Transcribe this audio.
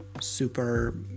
super